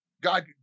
God